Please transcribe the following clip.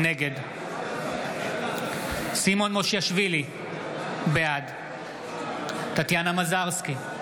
נגד סימון מושיאשוילי, בעד טטיאנה מזרסקי,